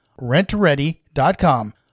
rentready.com